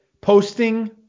Posting